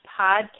podcast